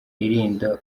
irinda